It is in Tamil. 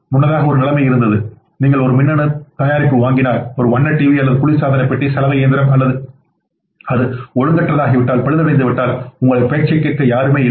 முன்னதாக ஒரு நிலைமை இருந்தது நீங்கள் ஒரு மின்னணு தயாரிப்பு வாங்கினால் ஒரு வண்ண டிவி அல்லது குளிர்சாதன பெட்டி சலவை இயந்திரம் மற்றும் அது ஒழுங்கற்றதாகிவிட்டால் உங்கள் பேச்சைக் கேட்க யாரும் இல்லை